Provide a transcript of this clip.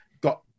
got